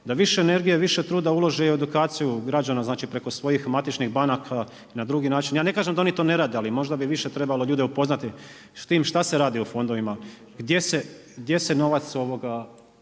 da više energije i više trudova uloži u edukaciju građana znači preko svojih matičnih banaka i na drugi način. Ja ne kažem da oni to ne rade, ali možda bi ljude trebalo upoznati sa tim šta se radi o fondovima, gdje se novac fondova